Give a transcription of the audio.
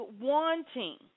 wanting